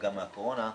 גם מהקורונה,